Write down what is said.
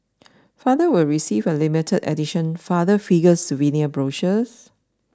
fathers will receive a limited edition Father Figures souvenir brochures